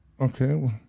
Okay